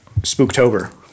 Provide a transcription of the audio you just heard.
Spooktober